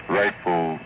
rightful